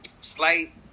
slight